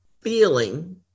feeling